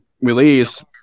release